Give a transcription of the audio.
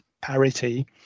parity